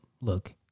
look